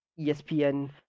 ESPN